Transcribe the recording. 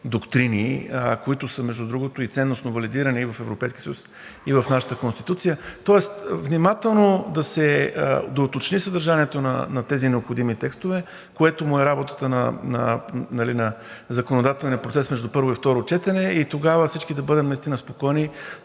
доктрини, които, между другото, са и ценностно валидирани в Европейския съюз и в нашата Конституция. Тоест внимателно да се доуточни съдържанието на тези необходими текстове, което е работата на законодателния процес между първо и второ четене, и тогава всички да бъдем спокойни,